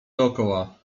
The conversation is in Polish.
dokoła